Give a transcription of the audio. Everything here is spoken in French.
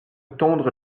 tondre